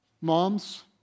Moms